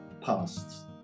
past